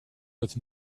with